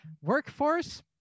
workforce